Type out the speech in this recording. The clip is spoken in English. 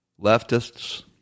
leftists